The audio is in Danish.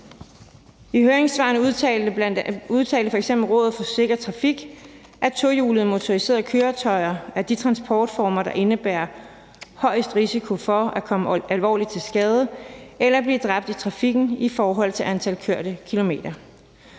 I høringssvarene udtalte f.eks. Rådet for Sikker Trafik, at tohjulede motoriserede køretøjer er de transportformer, der indebærer højst risiko for at komme alvorligt til skade eller blive dræbt i trafikken i forhold til antal kørte kilometer.